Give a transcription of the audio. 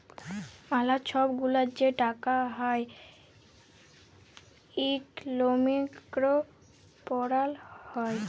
ম্যালা ছব গুলা যে টাকা হ্যয় ইকলমিক্সে পড়াল হ্যয়